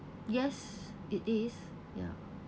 yes it is ya